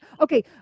okay